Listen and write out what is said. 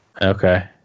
Okay